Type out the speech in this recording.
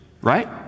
right